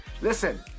Listen